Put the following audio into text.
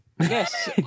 Yes